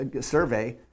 survey